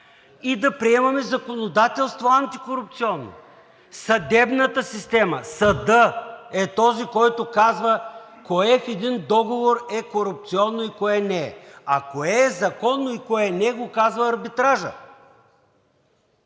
и да приемаме антикорупционно законодателство. Съдебната система, съдът е този, който казва кое в един договор е корупционно и кое не е, а кое е законно и кое не, го казва арбитражът.